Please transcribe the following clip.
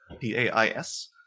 P-A-I-S